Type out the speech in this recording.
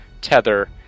tether